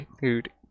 dude